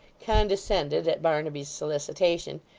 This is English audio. condescended, at barnaby's solicitation,